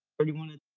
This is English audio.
31